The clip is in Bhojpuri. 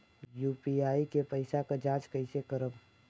यू.पी.आई के पैसा क जांच कइसे करब?